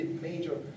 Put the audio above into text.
major